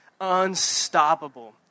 unstoppable